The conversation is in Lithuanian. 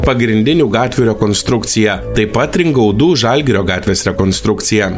pagrindinių gatvių rekonstrukcija taip pat ringaudų žalgirio gatvės rekonstrukcija